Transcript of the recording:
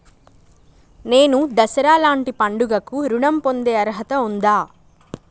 నేను దసరా లాంటి పండుగ కు ఋణం పొందే అర్హత ఉందా?